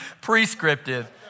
prescriptive